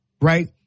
Right